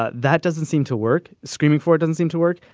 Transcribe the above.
but that doesn't seem to work. screaming for it doesn't seem to work.